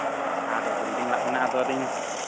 ᱟᱫᱚ ᱵᱤᱞᱰᱤᱝ ᱚᱲᱟᱜ ᱢᱮᱱᱟᱜᱼᱟ ᱟᱫᱚ ᱞᱤᱧ